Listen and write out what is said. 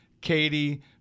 Katie